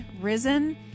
risen